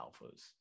alphas